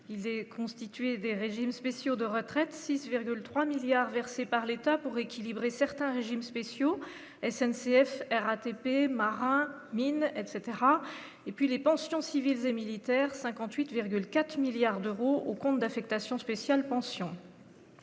avaient constitué des régimes spéciaux de retraite 6,3 milliards versés par l'État pour équilibrer certains régimes spéciaux SNCF, RATP marins mines etc et puis les pensions civiles et militaires 58,4 milliards d'euros au compte d'insectes à Sion spéciale pension